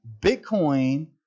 bitcoin